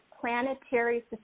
planetary